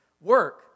work